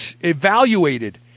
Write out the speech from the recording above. evaluated